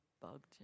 bugged